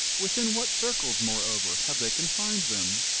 within what circles, moreover, have they confined them?